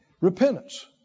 Repentance